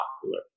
popular